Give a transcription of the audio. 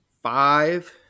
Five